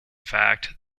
fact